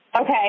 okay